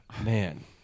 man